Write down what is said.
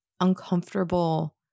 uncomfortable